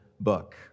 book